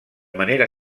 manera